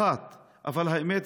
אבל האמת,